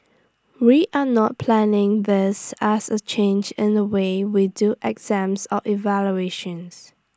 we are not planning this as A change in the way we do exams or evaluations